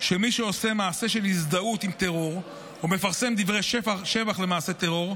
שמי שעושה מעשה של הזדהות עם טרור או מפרסם דברי שבח למעשה טרור,